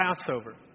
Passover